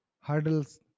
hurdles